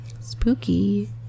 spooky